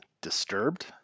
disturbed